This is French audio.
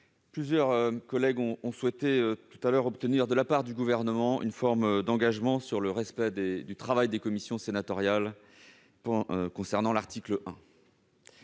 Plusieurs collègues ont souhaité obtenir de la part du Gouvernement une forme d'engagement sur le respect du travail des commissions sénatoriales concernant l'article 1.